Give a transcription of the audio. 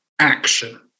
action